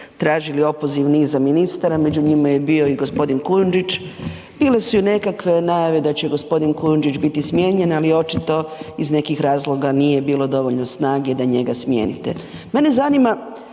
tražili opoziv niza ministara, među njima je bio i g. Kujundžić, bile su i nekakve najave da će g. Kujundžić biti smijenjen, ali očito iz nekih razloga nije bilo dovoljno snage da njega smijenite.